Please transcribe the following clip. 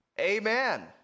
Amen